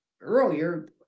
earlier